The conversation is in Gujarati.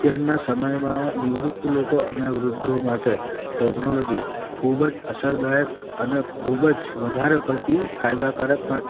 અત્યારના સમયમાં નિવૃત્ત લોકો અને વૃદ્ધો માટે ટેક્નોલૉજી ખૂબ જ અસરદાયક અને ખૂબ જ વધારે પડતી ફાયદાકારક પણ